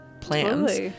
plans